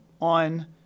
on